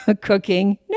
Cooking